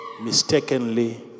mistakenly